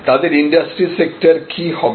তাদের industry sector কি হবে